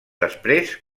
després